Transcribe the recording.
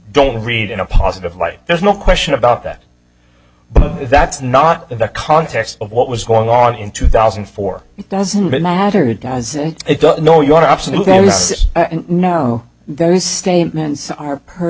don't read in a positive light there's no question about that but that's not the context of what was going on in two thousand and four it doesn't matter it does it does no you are absolute there was no those statements are per